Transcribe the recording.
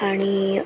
आणि